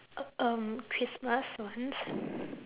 uh um christmas ones